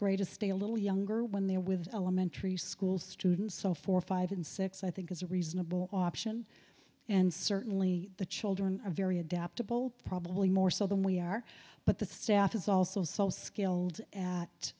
grade to stay a little younger when they're with elementary school students so for five and six i think is a reasonable option and certainly the children are very adaptable probably more so than we are but the staff is also so skilled at